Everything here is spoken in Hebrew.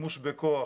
שימוש בכוח